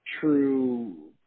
true